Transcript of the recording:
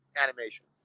animation